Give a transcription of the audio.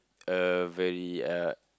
a very uh